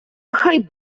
хай